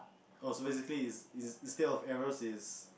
oh so basically is instead of arrows its